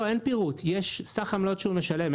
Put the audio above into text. לא, אין פירוט, יש סך עמלות שהוא משלם.